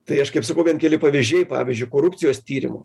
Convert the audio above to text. tai aš kaip sakau bent keli pavyzdžiai pavyzdžiu korupcijos tyrimų